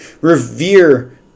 revere